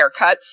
haircuts